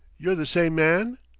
you're the same man?